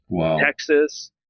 Texas